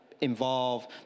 involve